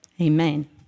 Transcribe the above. Amen